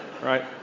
right